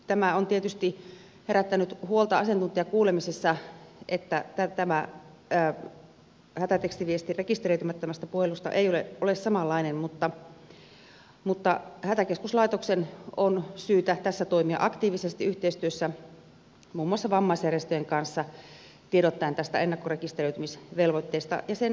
tämä on tietysti herättänyt huolta asiantuntijakuulemisissa että tämä hätätekstiviesti rekisteröitymättömästä puhelusta ei ole samanlainen mutta hätäkeskuslaitoksen on syytä tässä toimia aktiivisesti yhteistyössä muun muassa vammaisjärjestöjen kanssa tiedottaen tästä ennakkorekisteröitymisvelvoitteesta ja sen merkityksestä